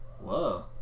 Whoa